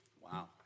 Wow